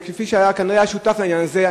שכנראה היה שותף לעניין הזה,